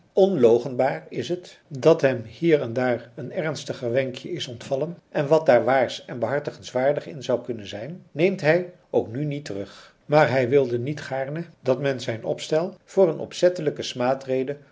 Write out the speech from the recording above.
onloochenbaar is het dat hem hier en daar een ernstiger wenkje is ontvallen en wat daar waars en behartigingswaardigs in zou kunnen zijn neemt hij ook nu niet terug maar hij wilde niet gaarne dat men zijn opstel voor een opzettelijke